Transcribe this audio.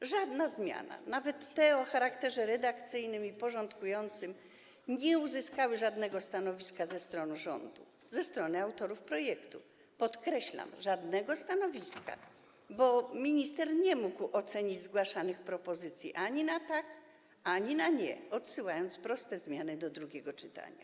Wobec żadnej ze zmian, nawet tych o charakterze redakcyjnym i porządkującym, nie uzyskano żadnego stanowiska ze strony rządu, ze strony autorów projektu - podkreślam: żadnego stanowiska - bo minister nie mógł ocenić zgłaszanych propozycji ani na tak, ani na nie, odsyłając proste zmiany do drugiego czytania.